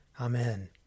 Amen